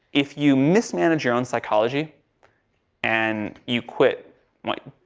if you mismanage your own psychology and you quit when,